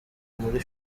muri